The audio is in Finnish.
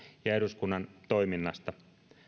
ja eduskunnan toiminnasta